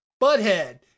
butthead